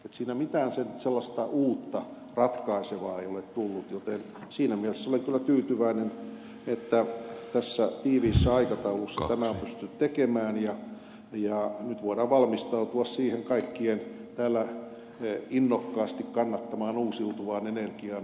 siinä mitään sellaista uutta ratkaisevaa ei ole tullut joten siinä mielessä olen kyllä tyytyväinen että tässä tiiviissä aikataulussa tämä on pystytty tekemään ja nyt voidaan valmistautua siihen kaikkien täällä innokkaasti kannattamaan uusiutuvaan energiaan ensi syksynä